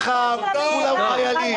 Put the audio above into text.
שלא תגידו שאצלנו זה ככה כולם חיילים,